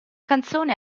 canzone